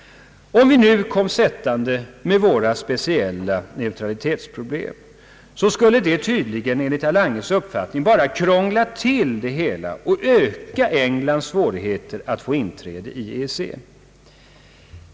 Om vi nu kom sättande med våra speciella — neutralitetsproblem, skulle detta enligt herr Langes uppfattning bara krångla till det hela och öka Englands svårigheter att få inträde i EEC.